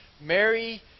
Mary